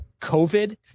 COVID